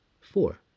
Four